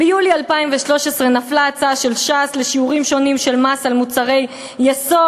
ביולי 2013 נפלה הצעה של ש"ס לשיעורים שונים של מס על מוצרי יסוד.